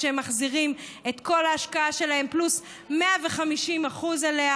עד שהם מחזירים את כל ההשקעה שלהם פלוס 150% עליה,